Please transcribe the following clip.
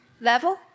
level